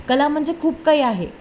कला म्हणजे खूप काही आहे